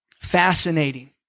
Fascinating